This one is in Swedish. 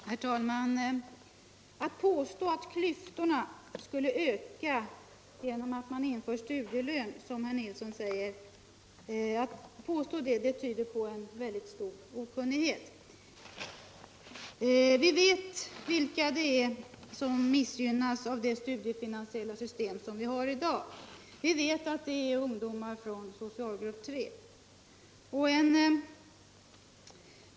Herr talman! Att påstå att klyftorna skulle öka genom att man inför studielön, som herr Nilsson i Norrköping gör, tyder på en väldigt stor okunnighet. Vi vet vilka det är som missgynnas av det studiefinansiella system som vi har i dag — det är ungdomar från socialgrupp 3.